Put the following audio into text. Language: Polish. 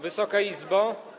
Wysoka Izbo!